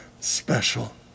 special